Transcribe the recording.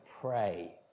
pray